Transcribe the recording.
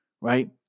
right